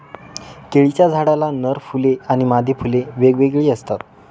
केळीच्या झाडाला नर फुले आणि मादी फुले वेगवेगळी असतात